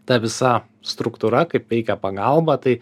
ta visa struktūra kaip veikia pagalba tai